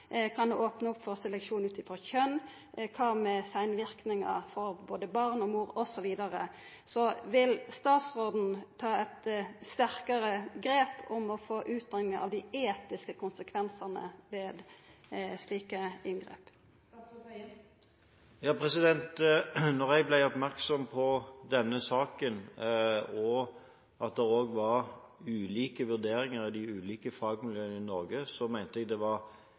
kan det opna for seleksjon ut frå kjønn? Kva med seinverknader for både barn og mor, osv.? Vil statsråden ta eit sterkare grep for å få ei utgreiing av dei etiske konsekvensane ved slike inngrep? Da jeg ble oppmerksom på denne saken og på at det var ulike vurderinger i de ulike fagmiljøene i Norge, mente jeg det var